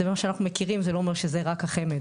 מה שאנחנו מכירים זה לא מה שזה רק החמ"ד,